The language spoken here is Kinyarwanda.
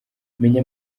menya